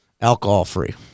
alcohol-free